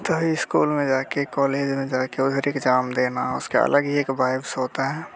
तो ही ईस्कूल में जाके कॉलेज में जाके उधर एक्जाम देना उसका अलग ही एक वाइब्स होता है